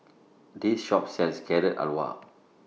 This Shop sells Carrot Halwa